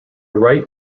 right